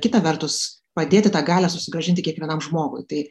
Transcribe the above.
kita vertus padėti tą galią susigrąžinti kiekvienam žmogui tai